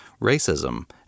racism